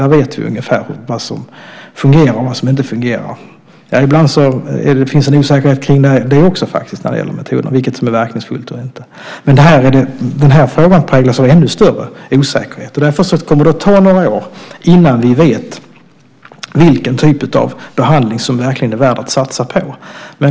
Där vet vi ungefär vad som fungerar och inte fungerar. Ibland finns det en osäkerhet när det gäller metoderna där också och vilket som är verkningsfullt eller inte. Den här frågan präglas av ännu större osäkerhet. Det kommer därför att ta några år innan vi vet vilken typ av behandling som är värd att satsa på.